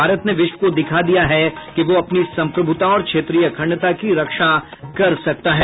भारत ने विश्व को दिखा देदिया है कि वह अपनी संप्रभूता और क्षेत्रीय अखंडता की रक्षा कर सकता है